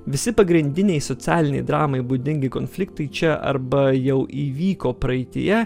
visi pagrindiniai socialinei dramai būdingi konfliktai čia arba jau įvyko praeityje